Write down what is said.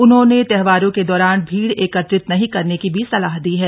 उन्होंने त्योहारों के दौरान भीड़ एकत्रित नहीं करने की भी सलाह दी है